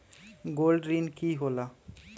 Gold ऋण की होला?